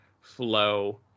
flow